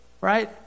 right